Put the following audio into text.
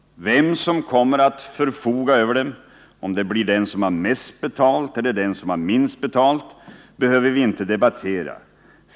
Vem som kommer att förfoga över dem — om det blir den som har mest betalt eller den som har minst betalt — behöver vi inte debattera.